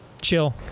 chill